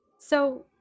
So-